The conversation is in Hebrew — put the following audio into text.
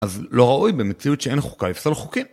אז לא ראוי במציאות שאין חוקה לפסול חוקים?